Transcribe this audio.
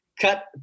cut